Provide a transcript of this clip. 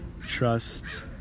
trust